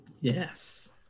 Yes